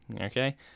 Okay